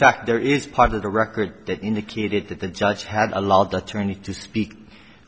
fact there is part of the record that indicated that the judge had allowed the attorney to speak